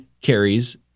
carries